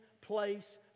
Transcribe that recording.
place